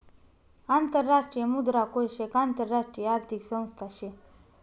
आंतरराष्ट्रीय मुद्रा कोष एक आंतरराष्ट्रीय आर्थिक संस्था शे